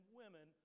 women